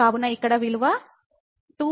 కాబట్టి ఇక్కడ విలువ 2 వస్తుంది